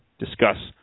Discuss